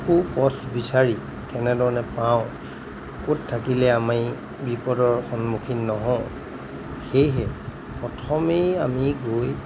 সু পথ বিচাৰি কেনেধৰণে পাওঁ ক'ত থাকিলে আমি বিপদৰ সন্মুখীন নহওঁ সেয়েহে প্ৰথমেই আমি গৈ